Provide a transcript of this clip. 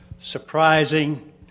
surprising